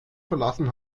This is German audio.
verlassen